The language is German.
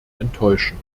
enttäuschen